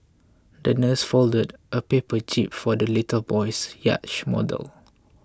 the nurse folded a paper jib for the little boy's yacht model